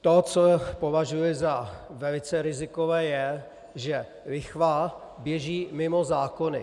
To, co považuji za velice rizikové, je, že lichva běží mimo zákony.